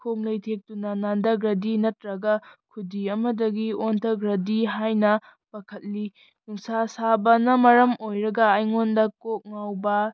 ꯈꯣꯡ ꯂꯩꯊꯦꯛꯇꯨꯅ ꯅꯥꯟꯊꯈ꯭ꯔꯗꯤ ꯅꯠꯇ꯭ꯔꯒ ꯈꯨꯗꯤ ꯑꯃꯗꯒꯤ ꯑꯣꯟꯊꯈ꯭ꯔꯗꯤ ꯍꯥꯏꯅ ꯄꯥꯈꯠꯂꯤ ꯅꯨꯡꯁꯥ ꯁꯥꯕꯅ ꯃꯔꯝ ꯑꯣꯏꯔꯒ ꯑꯩꯉꯣꯟꯗ ꯀꯣꯛ ꯉꯥꯎꯕ